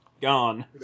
Gone